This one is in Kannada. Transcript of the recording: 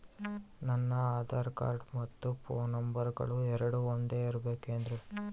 ನನ್ನ ಆಧಾರ್ ಕಾರ್ಡ್ ಮತ್ತ ಪೋನ್ ನಂಬರಗಳು ಎರಡು ಒಂದೆ ಇರಬೇಕಿನ್ರಿ?